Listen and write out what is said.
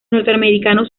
norteamericanos